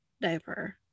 diaper